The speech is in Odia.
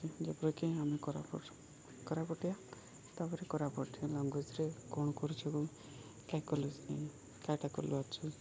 ଯେପରିକି ଆମେ କୋରାପୁଟ କୋରାପୁଟିଆ ତା'ପରେ କୋରାପୁଟ ଲାଙ୍ଗୁଏଜ୍ରେ କ'ଣ କରୁଛୁ କାଟା କରୁଅଛୁ